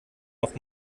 noch